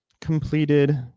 completed